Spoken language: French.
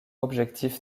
objectifs